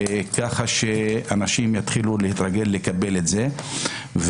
ככה שאנשים יתחילו להתרגל לקבל את זה,